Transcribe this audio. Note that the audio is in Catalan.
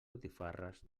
botifarres